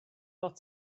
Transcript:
fod